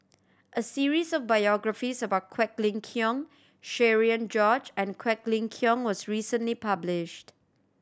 a series of biographies about Quek Ling Kiong Cherian George and Quek Ling Kiong was recently published